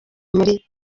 muri